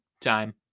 time